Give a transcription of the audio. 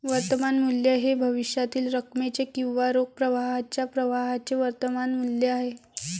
वर्तमान मूल्य हे भविष्यातील रकमेचे किंवा रोख प्रवाहाच्या प्रवाहाचे वर्तमान मूल्य आहे